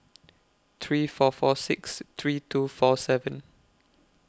three four four six three two four seven